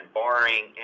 barring